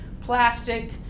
plastic